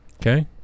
Okay